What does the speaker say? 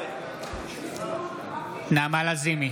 נעמה לזימי,